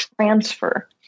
transfer